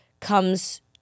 comes